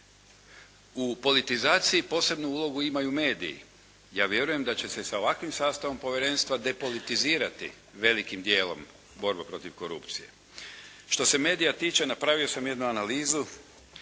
U politizaciji posebnu ulogu imaju mediji. Ja vjerujem da će se sa ovakvim sastavom povjerenstva depolitizirati velikim dijelom borba protiv korupcije. Što se medija tiče napravio sam jednu analizu.